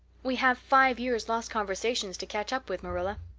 we have five years' lost conversations to catch up with, marilla.